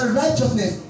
righteousness